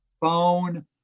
phone